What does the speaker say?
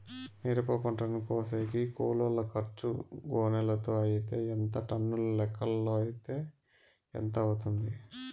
మిరప పంటను కోసేకి కూలోల్ల ఖర్చు గోనెలతో అయితే ఎంత టన్నుల లెక్కలో అయితే ఎంత అవుతుంది?